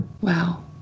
Wow